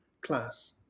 class